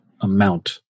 amount